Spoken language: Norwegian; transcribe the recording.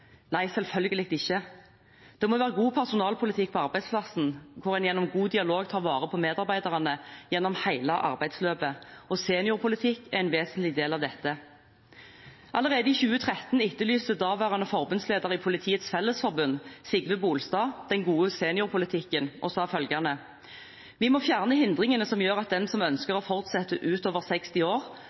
Nei, selvfølgelig ikke. Det må være god personalpolitikk på arbeidsplassen, hvor en gjennom god dialog tar vare på medarbeiderne gjennom hele arbeidsløpet, og seniorpolitikk er en vesentlig del av dette. Allerede i 2013 etterlyste daværende forbundsleder i Politiets Fellesforbund, Sigve Bolstad, «den gode seniorpolitikken», og sa følgende: «Vi må fjerne hindringene som gjør at de som ønsker å fortsette ut over 60 år